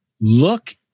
look